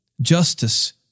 justice